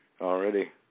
already